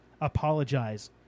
apologize